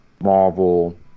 Marvel